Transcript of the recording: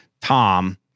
Tom